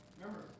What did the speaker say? remember